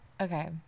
okay